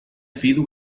fidu